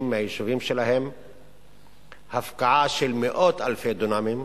מהיישובים שלהם והפקעה של מאות אלפי דונמים.